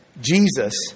Jesus